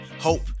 hope